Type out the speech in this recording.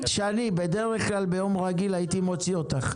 ביום רגיל הייתי מוציא אותך,